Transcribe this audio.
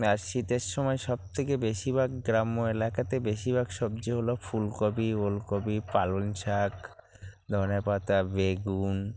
আর শীতের সময় সবথেকে বেশিরভাগ গ্রাম্য এলাকাতে বেশিরভাগ সবজি হল ফুলকপি ওলকপি পালং শাক ধনে পাতা বেগুন